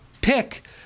pick